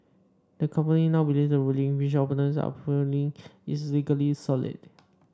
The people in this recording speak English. the company now believes the ruling which opponents are appealing is legally solid